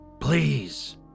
Please